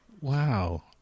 wow